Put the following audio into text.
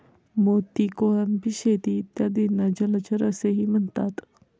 मोती, कोळंबी शेती इत्यादींना जलचर असेही म्हणतात